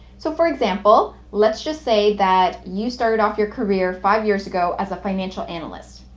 so for example, let's just say that you started off your career five years ago as a financial analyst.